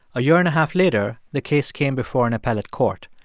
a year and a half later, the case came before an appellate court.